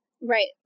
Right